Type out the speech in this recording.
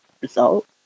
result